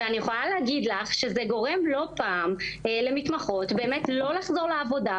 ואני יכולה להגיד לך שזה גורם לא פעם למתמחות לא לחזור לעבודה,